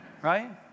Right